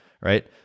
right